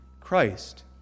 Christ